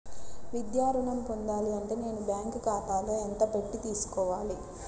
విద్యా ఋణం పొందాలి అంటే నేను బ్యాంకు ఖాతాలో ఎంత పెట్టి తీసుకోవాలి?